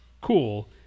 cool